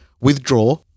Withdraw